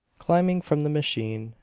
climbing from the machine,